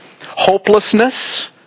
hopelessness